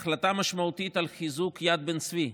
החלטה משמעותית על חיזוק יד בן צבי,